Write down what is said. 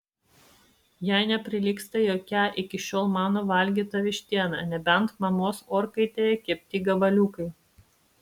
jai neprilygsta jokia iki šiol mano valgyta vištiena nebent mamos orkaitėje kepti gabaliukai